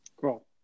cool